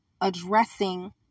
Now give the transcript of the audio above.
addressing